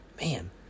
man